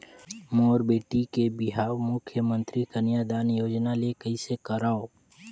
मोर बेटी के बिहाव मुख्यमंतरी कन्यादान योजना ले कइसे करव?